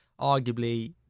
arguably